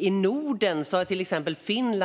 I Norden har till exempel Finland